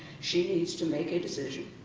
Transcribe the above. she needs to make a decision.